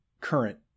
current